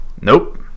Nope